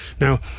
Now